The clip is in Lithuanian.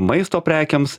maisto prekėms